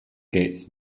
gets